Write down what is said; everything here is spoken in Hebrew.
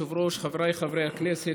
חבר הכנסת